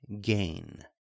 gain